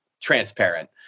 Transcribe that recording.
transparent